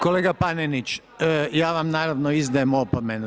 Kolega Panenić, ja vam naravno izdajem opomenu.